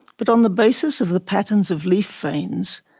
but, on the basis of the patterns of leaf veins,